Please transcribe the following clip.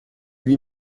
lui